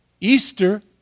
Easter